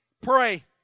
pray